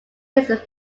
his